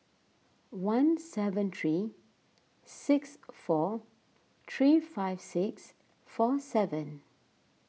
one seven three six four three five six four seven